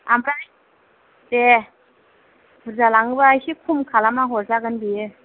आमफ्राय दे बुरजा लाङोब्ला एसे खम खालामना हरजागोन बियो